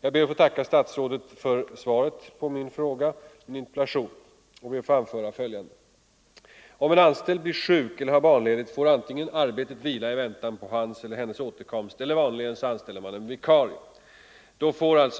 Jag ber att få tacka statsrådet för svaret på min interpellation och vill anföra följande. Om en anställd blir sjuk eller har barnledigt får antingen arbetet vila i väntan på hans eller hennes återkomst, eller —- vanligen - måste en vikarie anställas,